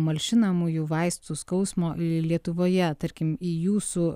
malšinamųjų vaistų skausmo lietuvoje tarkim į jūsų